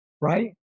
Right